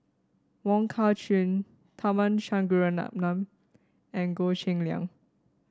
Wong Kah Chun Tharman Shanmugaratnam and Goh Cheng Liang